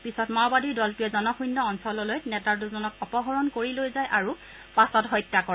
পিছত মাওবাদীৰ দলটোৱে জনশুন্য অঞ্চললৈ নেতাদুজনক অপহৰণ কৰি লৈ যায় আৰু পাছত হত্যা কৰে